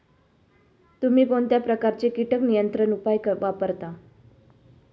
तुम्ही कोणत्या प्रकारचे कीटक नियंत्रण उपाय वापरता?